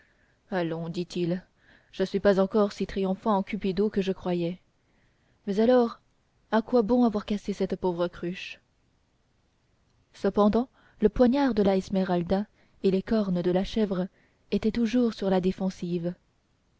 allons dit-il je suis pas encore si triomphant en cupido que je croyais mais alors à quoi bon avoir cassé cette pauvre cruche cependant le poignard de la esmeralda et les cornes de la chèvre étaient toujours sur la défensive